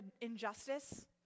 injustice